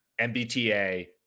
MBTA